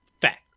Fact